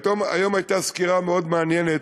היום הייתה סקירה מאוד מעניינת